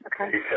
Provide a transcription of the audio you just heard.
Okay